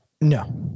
No